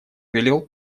велел